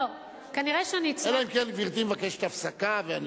אלא אם כן גברתי מבקשת הפסקה.